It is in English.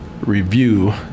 review